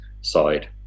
side